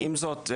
עם זאת,